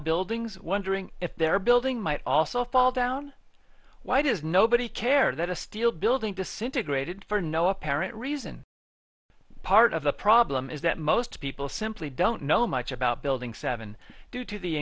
buildings wondering if their building might also fall down why does nobody care that a steel building disintegrated for no apparent reason part of the problem is that most people simply don't know much about building seven due to the